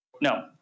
No